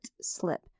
slip